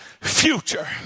future